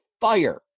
fire